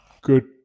good